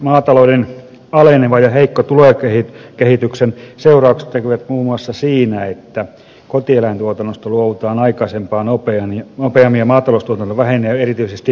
maatalouden alenevan ja heikon tulokehityksen seuraukset näkyvät muun muassa siinä että kotieläintuotannosta luovutaan aikaisempaa nopeammin ja maataloustuotanto vähenee erityisesti syrjäisillä alueilla